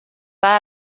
pas